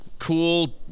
Cool